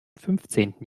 fünfzehnten